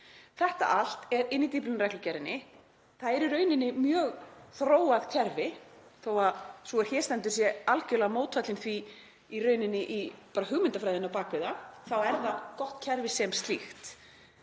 Þetta allt inni í Dyflinnarreglugerðinni. Það er í rauninni mjög þróað kerfi. Þó að sú er hér stendur sé algjörlega mótfallin því í rauninni, hugmyndafræðinni á bak við það, er það gott kerfi sem slíkt.